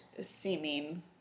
seeming